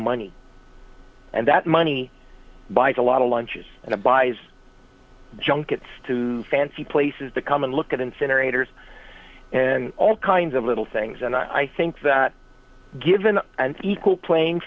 money and that money buys a lot of lunches and a buys junkets to fancy places to come and look at incinerators and all kinds of little things and i think that given an equal playing